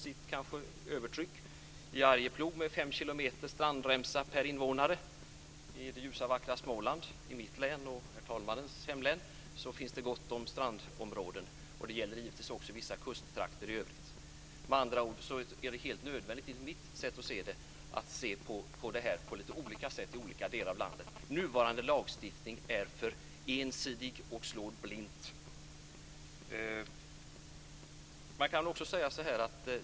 I Stockholm är det ett övertryck, men i Arjeplog finns det fem kilometer strandremsa per innevånare. I det ljusa, vackra Småland - i mitt och herr talmannens hemlän - finns det gott om strandområden. Det gäller givetvis också i vissa kusttrakter i övrigt. Med andra ord: Det är helt nödvändigt, enligt mitt sätt att se det, att se på denna fråga på olika sätt i olika delar av landet. Den nuvarande lagstiftningen är för ensidig och slår blint.